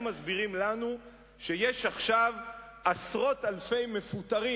הם מסבירים לנו שיש עכשיו עשרות אלפי מפוטרים.